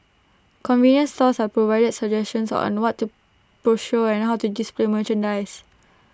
convenience stores are provided suggestions on what to procure and how to display merchandise